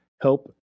help